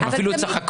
אפילו הנציג בא,